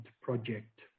project